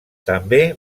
també